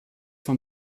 vom